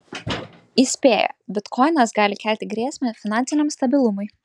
įspėja bitkoinas gali kelti grėsmę finansiniam stabilumui